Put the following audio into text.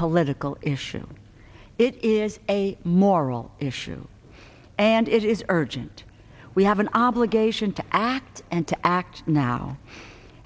political issue it is a moral issue and it is urgent we have an obligation to act and to act now